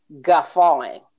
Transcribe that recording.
guffawing